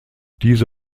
diese